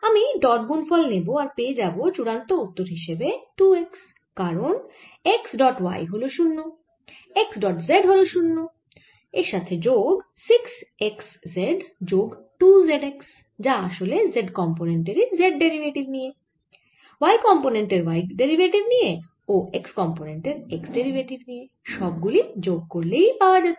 আমি ডট গুণফল নেব আর পেয়ে যাবো চূড়ান্ত উত্তর হিসেবে 2 x কারণ x ডট y হল 0 x ডট z হল 0 যোগ 6 x z যোগ 2 z x যা আসলে z কম্পোনেন্ট এর z ডেরিভেটিভ নিয়ে y কম্পোনেন্ট এর y ডেরিভেটিভ নিয়ে ও x কম্পোনেন্ট এর x ডেরিভেটিভ নিয়ে সব গুলি যোগ করলেই পাওয়া যেত